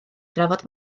drafod